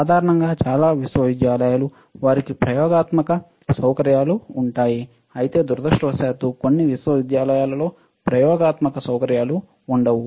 సాధారణంగా చాలా విశ్వవిద్యాలయాలు వారికి ప్రయోగాత్మక సౌకర్యాలు ఉంటాయి అయితే దురదృష్టవశాత్తు కొన్ని విశ్వవిద్యాలయాలలో ప్రయోగాత్మక సౌకర్యాలు ఉండవు